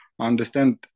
understand